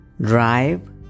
drive